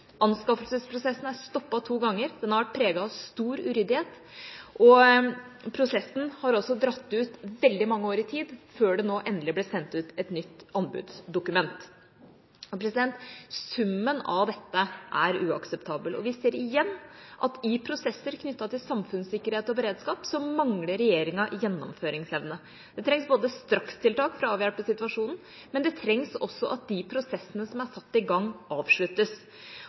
Anskaffelsesprosessen er stoppet to ganger. Den har vært preget av stor uryddighet, og prosessen har også dratt ut veldig mange år i tid før det nå endelig ble sendt ut et nytt anbudsdokument. Summen av dette er uakseptabel. Vi ser igjen i prosesser knyttet til samfunnssikkerhet og beredskap at regjeringa mangler gjennomføringsevne. Det trengs både strakstiltak for å avhjelpe situasjonen, og det trengs at de prosessene som er satt i gang, avsluttes.